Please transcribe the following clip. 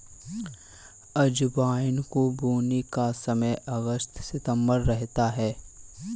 अजवाइन को बोने का समय अगस्त सितंबर रहता है